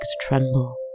tremble